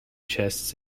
chests